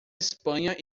espanha